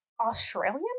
Australian